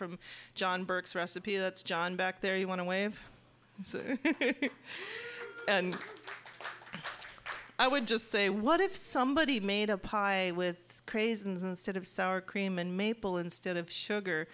from john burke's recipe that's john back there you want to wave and i would just say what if somebody made up high with crays instead of sour cream and maple instead of sugar